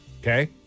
Okay